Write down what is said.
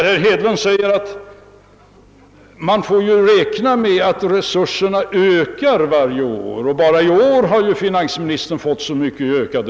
Herr Hedlund säger att man får ju räkna med att resurserna ökar varje år och påpekar att finansministern fått ökade resurser i år.